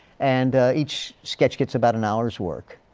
and each sketch gets about an hour's work.